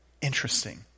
interesting